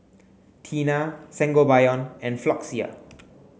Tena Sangobion and Floxia